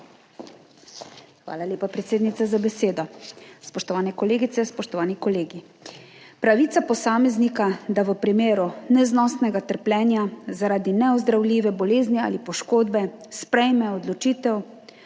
Hvala lepa predsednica za besedo. Spoštovane kolegice, spoštovani kolegi! Pravica posameznika, da v primeru neznosnega trpljenja zaradi neozdravljive bolezni ali poškodbe sprejme odločitev